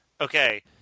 Okay